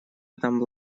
этом